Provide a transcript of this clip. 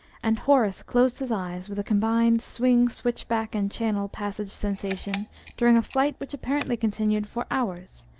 and horace closed his eyes with a combined swing-switchback-and-channel-passage sensation during a flight which apparently continued for hours,